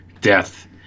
death